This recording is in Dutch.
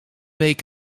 week